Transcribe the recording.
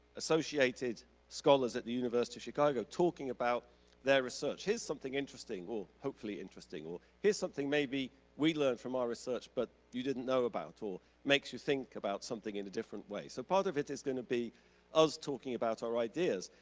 associated scholars at the university of chicago, talking about their research. here's something interesting or hopefully interesting, or here's something maybe we learned from our research, but you didn't know about or makes you think about something in a different way, so part of it is gonna be us talking about our ideas,